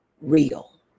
real